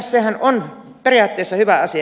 sehän on periaatteessa hyvä asia